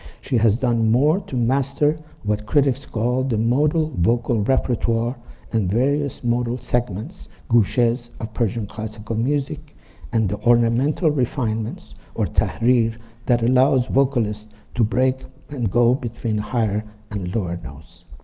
she has done more to master what critics called the modal vocal repertoire and various modal segments, gushehs of persian classical music and the ornamental refinements or tahrir that allows vocalists to break and go between higher and lower notes.